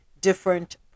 different